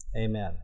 amen